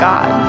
God